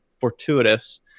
fortuitous